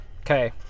Okay